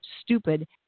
stupid